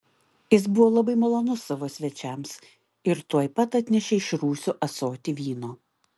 jis buvo labai malonus savo svečiams ir tuoj pat atnešė iš rūsio ąsotį vyno